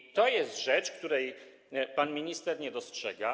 I to jest rzecz, której pan minister nie dostrzega.